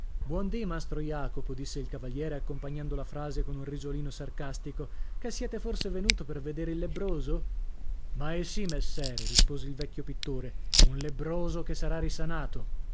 buon dì mastro jacopo disse il cavaliere accompagnando la frase con un risolino sarcastico che siete forse venuto per vedere il lebbroso maisì messere rispose il vecchio pittore un lebbroso che sarà risanato